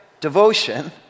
devotion